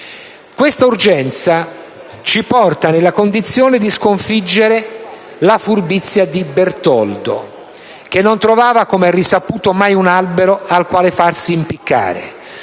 Questa urgenza ci porta nella condizione di sconfiggere la furbizia di Bertoldo che, come risaputo, non trovavamai un albero al quale farsi impiccare.